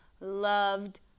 Loved